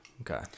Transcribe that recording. Okay